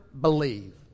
believe